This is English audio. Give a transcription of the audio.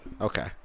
Okay